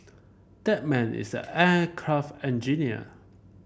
that man is an aircraft engineer